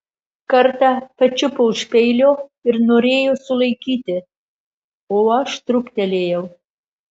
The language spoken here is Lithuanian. kartą pačiupo už peilio ir norėjo sulaikyti o aš truktelėjau